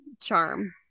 charm